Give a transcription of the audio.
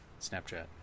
snapchat